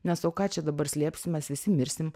nes o ką čia dabar slėpsimės visi mirsim